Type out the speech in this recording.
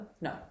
No